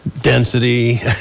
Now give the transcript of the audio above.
Density